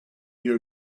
you